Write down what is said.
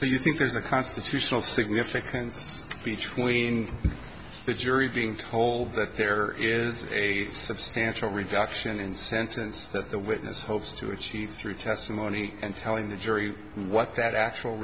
do you think there's a constitutional significance between the jury being told that there is a substantial reduction in sentence that the witness hopes to achieve through testimony and telling the jury what that actual